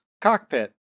cockpit